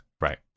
right